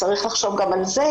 צריך לחשוב גם על זה,